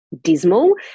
dismal